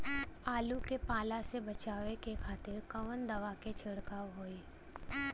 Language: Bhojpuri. आलू के पाला से बचावे के खातिर कवन दवा के छिड़काव होई?